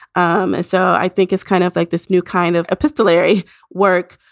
um so i think it's kind of like this new kind of epistolary work,